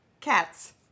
Cats